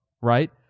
right